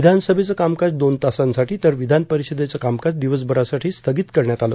विधानसभेचं कामकाज दोन तासांसाठी तर विधानपरिषदेचं कामकाज दिवसभरासाठी स्थगित करण्यात आलं